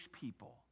people